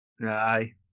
Aye